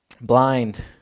blind